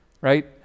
right